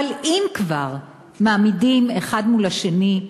אבל אם כבר מעמידים האחד מול השני,